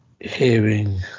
hearing